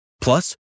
Plus